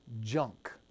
junk